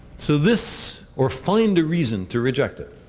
so this. or find a reason to reject it.